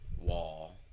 Wall